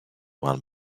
one